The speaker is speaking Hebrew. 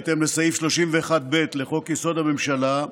בהתאם לסעיף 31(ב) לחוק-יסוד: הממשלה,